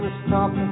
stop